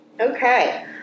Okay